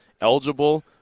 eligible –